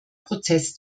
prozess